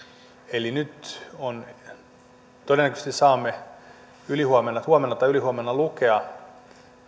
eli kun nyt todennäköisesti saamme huomenna tai ylihuomenna lukea